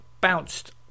bounced